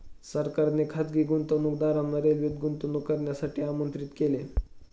सरकारने खासगी गुंतवणूकदारांना रेल्वेत गुंतवणूक करण्यासाठी आमंत्रित केले